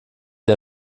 der